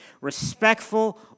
respectful